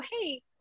Hey